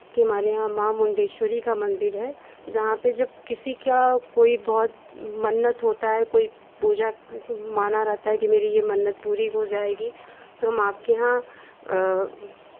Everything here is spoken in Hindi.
कि हमारे यहाँ माँ मुंडेश्वरी का मंदिर है जहाँ पे जब किसी का कोई बहुत मन्नत होता है कोई पूजा माना रहता है कि मेरी ये मन्नत पूरी हो जाएगी तो हम आपके यहाँ